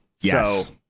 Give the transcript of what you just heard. Yes